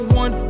one